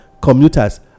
commuters